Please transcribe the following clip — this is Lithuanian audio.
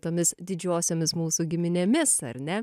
tomis didžiosiomis mūsų giminėmis ar ne